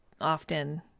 often